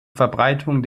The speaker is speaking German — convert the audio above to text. verbreitung